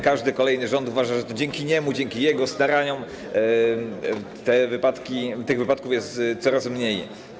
Każdy kolejny rząd uważa, że to dzięki niemu, dzięki jego staraniom tych wypadków jest coraz mniej.